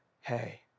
hey